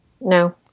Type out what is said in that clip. No